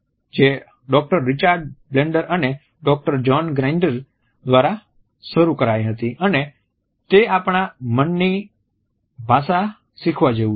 જે doctor Richard Bandler અને doctor John Grinder દ્વારા શરૂ કરાઈ હતી અને તે આપણા મનની ભાષા શીખવા જેવું છે